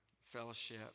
fellowship